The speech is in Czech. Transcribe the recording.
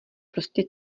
prostě